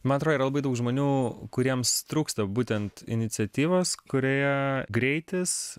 man atrodo yra labai daug žmonių kuriems trūksta būtent iniciatyvos kurioje greitis